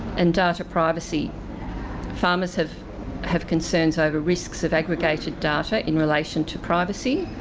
and data privacy farmers have have concerns over risks of aggregated data in relation to privacy,